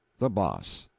the boss.